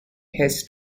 his